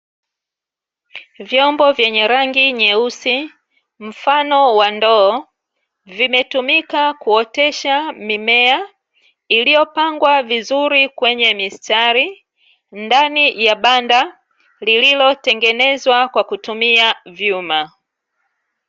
Vyombo vyenye rangi nyeusi mfano wa ndoo, vimetumika kuotesha mimea iliyo pangwa vizuri kwenye mistari ndani ya banda, lililotengenezwa kwakutumia vyuma.